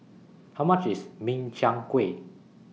How much IS Min Chiang Kueh